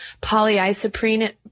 polyisoprene